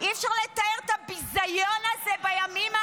אי-אפשר לתאר את הביזיון הזה בימים האלה.